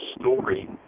story